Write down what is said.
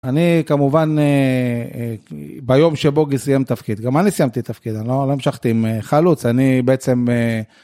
אני כמובן ביום שבוגי סיים תפקיד, גם אני סיימתי תפקיד, אני לא המשכתי עם חלוץ, אני בעצם...